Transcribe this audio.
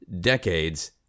decades